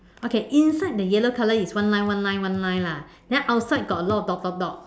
okay inside the yellow colour is one line one line one line lah then outside got a lot of dot dot dot